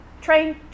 train